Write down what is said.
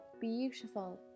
beautiful